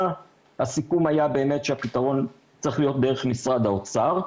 הסיכום היה באמת שהפתרון צריך להיות דרך משרד האוצר,